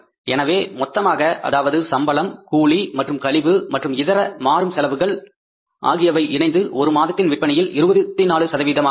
எனவே மொத்தமாக அதாவது சம்பளம் கூலி மற்றும் கழிவு மற்றும் இதர மாறும் செலவுகள் ஆகியவை இணைந்து ஒரு மாதத்தின் விற்பனையில் 24 சதவீதமாக வரும்